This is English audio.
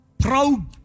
Proud